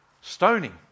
Stoning